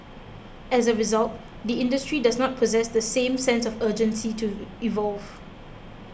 as a result the industry does not possess the same sense of urgency to evolve